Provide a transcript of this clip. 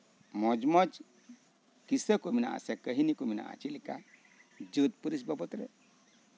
ᱢᱚᱸᱡᱼᱢᱚᱸᱡ ᱠᱤᱥᱟᱹ ᱠᱚ ᱢᱮᱱᱟᱜᱼᱟ ᱥᱮ ᱠᱟᱹᱦᱱᱤ ᱠᱚ ᱢᱮᱱᱟᱜᱼᱟ ᱡᱮᱞᱮᱠᱟᱼ ᱡᱟᱹᱛ ᱯᱟᱹᱨᱤᱥ ᱵᱟᱵᱚᱫ ᱨᱮ